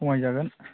खमायजागोन